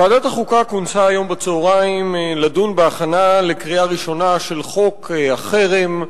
ועדת החוקה כונסה היום בצהריים לדון בהכנה לקריאה ראשונה של חוק החרם,